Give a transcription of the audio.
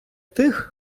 тих